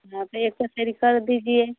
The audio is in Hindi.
हाँ तो एक पसेरी कर दीजिए